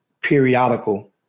periodical